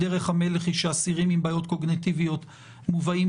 דרך המלך היא שאסירים עם בעיות קוגניטיביות מובאים